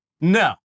No